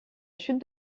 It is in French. chute